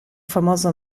famoso